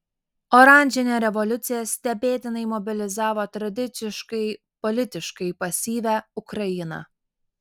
oranžinė revoliucija stebėtinai mobilizavo tradiciškai politiškai pasyvią ukrainą